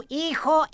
hijo